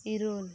ᱤᱨᱟᱹᱞ